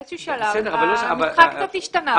באיזשהו שלב המשחק קצת השתנה.